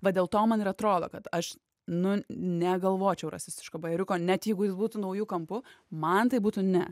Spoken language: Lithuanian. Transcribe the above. va dėl to man ir atrodo kad aš nu negalvočiau rasistiško bajeriuko net jeigu jis būtų nauju kampu man tai būtų ne